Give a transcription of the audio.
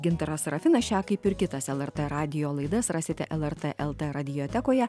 gintaras serafinas šią kaip ir kitas lrt radijo laidas rasite lrt lt radiotekoje